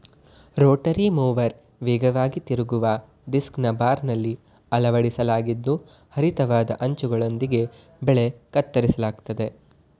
Rotary mower ವೇಗವಾಗಿ ತಿರುಗುವ ಡಿಸ್ಕನ್ನು ಬಾರ್ನಲ್ಲಿ ಅಳವಡಿಸಲಾಗಿದ್ದು ಹರಿತವಾದ ಅಂಚುಗಳೊಂದಿಗೆ ಬೆಳೆ ಕತ್ತರಿಸಲಾಗ್ತದೆ